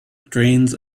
drains